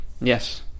Yes